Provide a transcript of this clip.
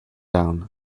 down